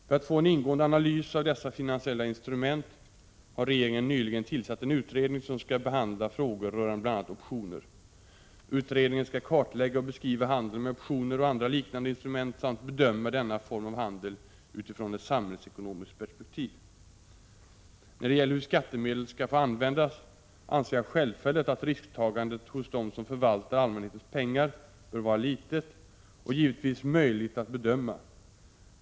För att få en ingående analys av dessa finansiella instrument har regeringen nyligen tillsatt en utredning som skall behandla frågor rörande bl.a. optioner. Utredningen skall kartlägga och beskriva handeln med optioner och andra liknande instrument samt bedöma denna form av handel utifrån ett samhällsekonomiskt perspektiv. När det gäller hur skattemedel skall få användas, anser jag självfallet att risktagandet hos dem som förvaltar allmänhetens pengar bör vara litet och givetvis möjligt att bedöma.